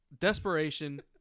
desperation